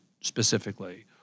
specifically